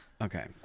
Okay